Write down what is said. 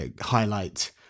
highlight